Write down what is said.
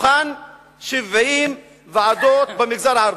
מתוכן 70% במגזר הערבי.